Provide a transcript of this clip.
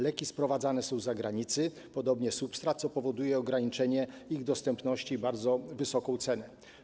Leki sprowadzane są z zagranicy, podobnie substrat, co powoduje ograniczenie ich dostępności i bardzo wysoką cenę.